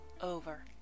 over